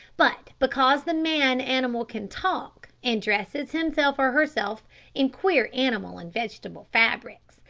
but because the man animal can talk and dresses himself or herself in queer animal and vegetable fabrics,